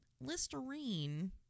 Listerine